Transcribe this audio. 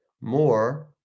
more